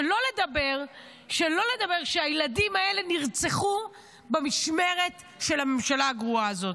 שלא לדבר על זה שהילדים האלה נרצחו במשמרת של הממשלה הגרועה הזאת.